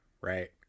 right